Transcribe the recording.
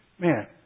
man